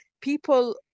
people